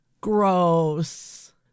gross